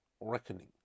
reckoning